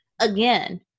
again